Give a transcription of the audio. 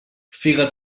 figa